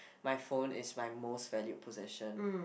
my phone is my most valued possession